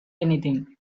anything